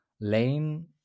lane